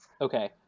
Okay